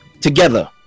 together